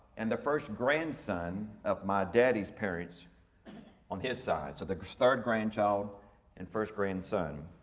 and the first grandson of my daddy's parents on his side. so the third grandchild and first grandson.